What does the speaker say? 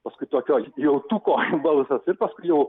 paskui tokio jautuko balsas ir paskui jau